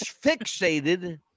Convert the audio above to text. fixated